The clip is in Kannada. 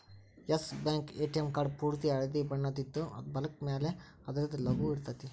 ಎಸ್ ಬ್ಯಾಂಕ್ ಎ.ಟಿ.ಎಂ ಕಾರ್ಡ್ ಪೂರ್ತಿ ಹಳ್ದಿ ಬಣ್ಣದಿದ್ದು, ಬಲಕ್ಕ ಮ್ಯಾಲೆ ಅದರ್ದ್ ಲೊಗೊ ಇರ್ತೆತಿ